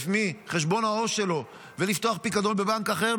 מחשבון העו"ש שלו ולפתוח פיקדון בבנק אחר,